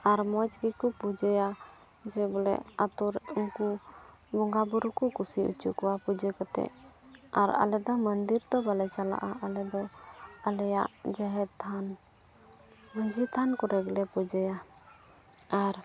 ᱟᱨ ᱢᱚᱡᱽ ᱜᱮᱠᱚ ᱯᱩᱡᱟᱹᱭᱟ ᱡᱮ ᱵᱚᱞᱮ ᱟᱹᱛᱩᱨᱮ ᱩᱱᱠᱩ ᱵᱚᱸᱜᱟ ᱵᱩᱨᱩ ᱠᱚ ᱠᱩᱥᱤ ᱦᱚᱪᱚ ᱠᱚᱣᱟ ᱠᱚ ᱯᱩᱡᱟᱹ ᱠᱟᱛᱮᱫ ᱟᱨ ᱟᱞᱮ ᱫᱚ ᱢᱚᱱᱫᱤᱨ ᱫᱚ ᱵᱟᱝᱞᱮ ᱪᱟᱞᱟᱜᱼᱟ ᱟᱞᱮ ᱫᱚ ᱟᱞᱮᱭᱟᱜ ᱡᱟᱦᱮᱨ ᱛᱷᱟᱱ ᱢᱟᱺᱡᱷᱤ ᱛᱷᱟᱱ ᱠᱚᱨᱮ ᱜᱮᱞᱮ ᱯᱩᱡᱟᱹᱭᱟ ᱟᱨ